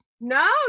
No